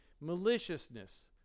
maliciousness